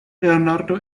leonardo